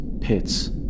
pits